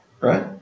right